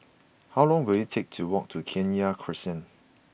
how long will it take to walk to Kenya Crescent